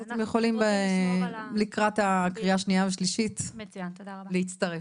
אז אתם יכולים לקראת הקריאה השנייה והשלישית להצטרף.